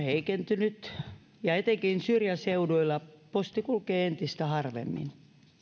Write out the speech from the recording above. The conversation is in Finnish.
heikentynyt ja etenkin syrjäseuduilla posti kulkee entistä harvemmin